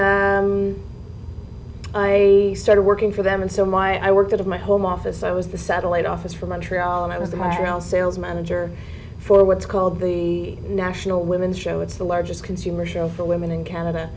and i started working for them and so my i worked out of my home office i was the satellite office for montreal and i was the monorail sales manager for what's called the national women's show it's the largest consumer show for women in canada